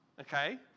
okay